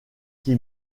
qui